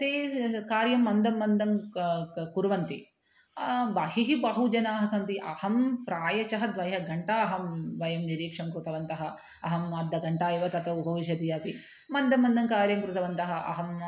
ते स् कार्यं मन्दं मन्दं क क कुर्वन्ति बहिः बहु जनाः सन्ति अहं प्रायशः द्वे घण्टाः अहं वयं निरीक्षणं कृतवन्तः अहम् अर्धघण्टैव तत्र उपविशती अपि मन्दं मन्दं कार्यं कृतवन्तः अहम्